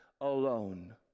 alone